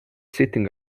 sitting